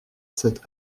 cette